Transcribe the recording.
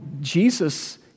Jesus